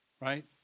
right